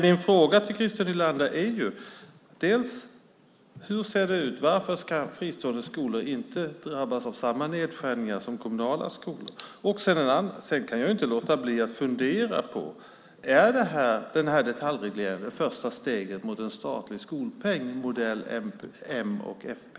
Min fråga till Christer Nylander är: Varför ska fristående skolor inte drabbas av samma nedskärningar som kommunala skolor? Jag kan heller inte låta bli att fundera över om den här detaljregleringen är ett första steg mot en statlig skolpeng, modell m och fp.